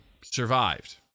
survived